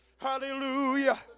hallelujah